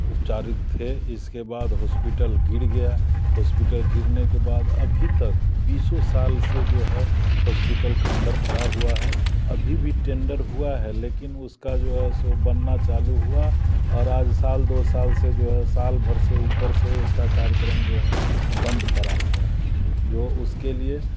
उपचारित थे इसके बाद हॉस्पिटल गिर गया हॉस्पिटल गिरने के बाद अभी तक बीसों साल से जो है हॉस्पिटल खंडर पड़ा हुआ है अभी भी टेंडर हुआ है लेकिन उसका जो है सो बनना चालू हुआ और आज साल दो साल से जो है साल भर से ऊपर से उसका कार्यक्रम जो है बंद परा हुआ है जो उसके लिए